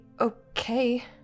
okay